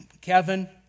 Kevin